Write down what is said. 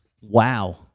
Wow